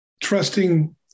trusting